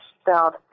spelled